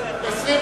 נתקבלה.